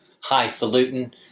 highfalutin